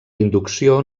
inducció